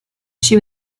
she